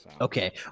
Okay